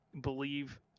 believe